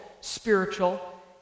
spiritual